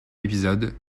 épisode